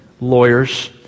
lawyers